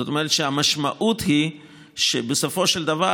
זאת אומרת שהמשמעות היא שבסופו של דבר